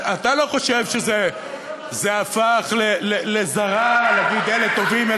אתה לא חושב שזה הפך לזרא להגיד: אלה טובים,